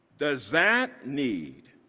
does that need,